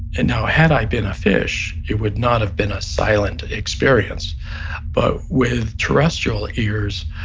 and know, had i been a fish, it would not have been a silent experience but with terrestrial ears